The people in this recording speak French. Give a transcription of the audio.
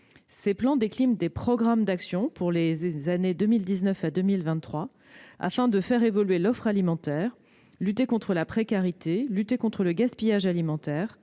Ces plans déclinent des programmes d'action pour les années 2019 à 2023 afin de faire évoluer l'offre alimentaire, de lutter contre la précarité et le gaspillage alimentaires,